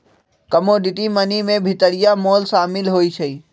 commodity money में भितरिया मोल सामिल होइ छइ